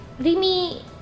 Rimi